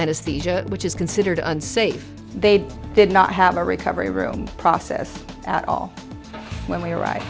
anesthesia which is considered unsafe they did not have a recovery room process at all when we are